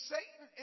Satan